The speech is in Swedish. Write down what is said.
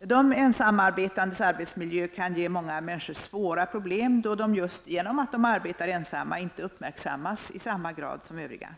De ensamarbetandes arbetsmiljö kan ge många människor svåra problem, då de just genom att de arbetar ensamma inte uppmärksammas i samma grad som övriga.